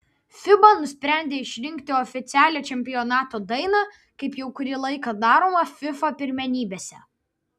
fiba nusprendė išrinkti oficialią čempionato dainą kaip jau kurį laiką daroma fifa pirmenybėse